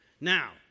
Now